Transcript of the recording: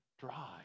dry